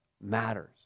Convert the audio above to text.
matters